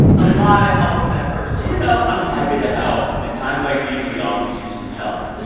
a lot of help on that first one you know i'm happy to help. in times like these, we all could use some help.